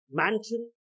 mansion